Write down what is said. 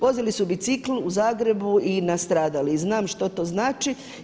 Vozili su bicikl u Zagrebu i nastradali i znam što to znači.